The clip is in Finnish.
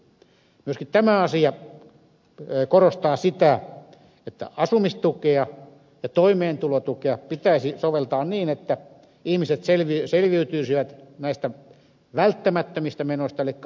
myöskin tämä asia korostaa sitä että asumistukea ja toimeentulotukea pitäisi soveltaa niin että ihmiset selviytyisivät näistä välttämättömistä menoista elikkä asumiskustannuksista